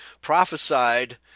prophesied